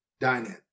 dine-in